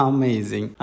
Amazing